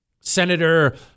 Senator